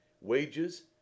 wages